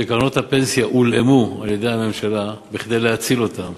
שקרנות הפנסיה הולאמו על-ידי הממשלה כדי להציל אותן